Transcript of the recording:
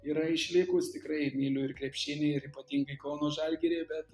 yra išlikus tikrai myliu ir krepšinį ir ypatingai kauno žalgirį bet